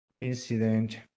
incident